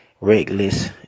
reckless